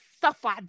suffered